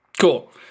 Cool